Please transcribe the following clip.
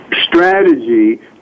strategy